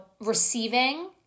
receiving